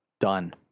done